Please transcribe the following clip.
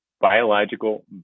biological